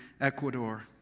Ecuador